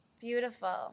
Beautiful